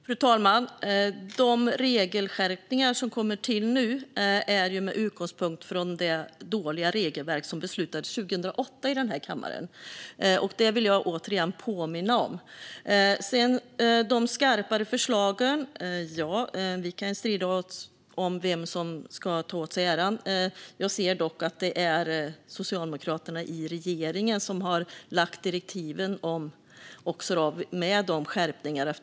Fru talman! De regelskärpningar som kommer till nu görs med utgångspunkt i det dåliga regelverk som beslutades i den här kammaren 2008. Det vill jag återigen påminna om. När det gäller de skarpare förslagen kan vi strida om vem som ska ta åt sig äran, men jag ser att det är Socialdemokraterna i regeringen som har gett direktiven om skärpningar.